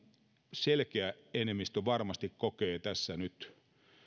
selkeä enemmistö varmasti kokee